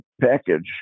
package